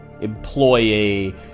employee